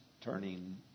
turning